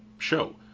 show